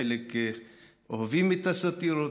חלק אוהבים את הסאטירות,